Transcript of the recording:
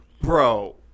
bro